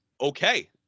okay